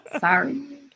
Sorry